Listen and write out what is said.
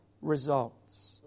results